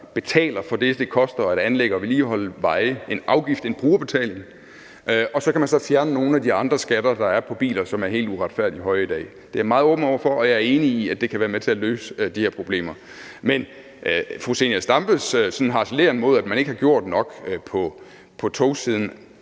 betaler for det, som det koster at anlægge og vedligeholde veje; en afgift, en brugerbetaling. Og så kan man fjerne nogle af de andre skatter, der er på biler, som er helt uretfærdigt høje i dag. Det er jeg meget åben over for, og jeg er enig i, at det kan være med til at løse de her problemer. Men i forhold til fru Zenia Stampes harceleren over, at man ikke har gjort nok på togsiden,